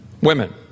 women